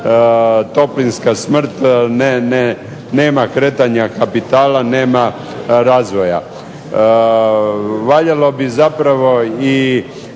toplinska smrt, nema kretanja kapitala nema razvoja. Valjalo bi zapravo